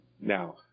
now